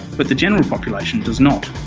but the general population does not.